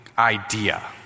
idea